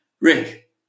Rick